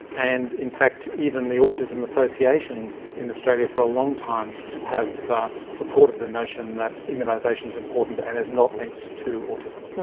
and in fact, even the autism associations in australia for a long time have supported the notion that immunisation's important and is not linked to autism.